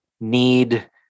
need